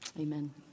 Amen